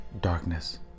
darkness